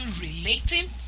relating